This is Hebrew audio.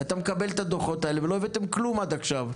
אתה מקבל את הדו"חות האלה ולא הבאתם כלום עד עכשיו,